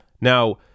Now